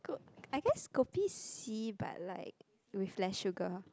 ko~ I guess Kopi C but like with less sugar